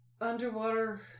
underwater